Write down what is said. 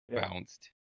bounced